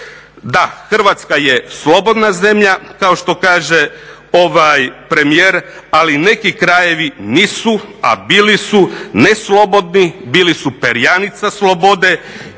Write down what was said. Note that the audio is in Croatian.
Da, Hrvatska je slobodna zemlja kao što kaže ovaj premijer, ali neki krajevi nisu a bili su ne slobodni, bili su perjanica slobode